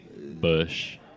Bush